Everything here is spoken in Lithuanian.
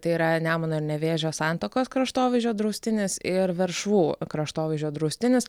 tai yra nemuno ir nevėžio santakos kraštovaizdžio draustinis ir veršvų kraštovaizdžio draustinis